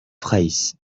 fraysse